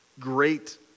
great